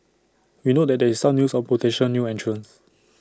we note that there is some news on potential new entrants